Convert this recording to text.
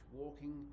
walking